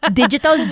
digital